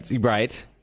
Right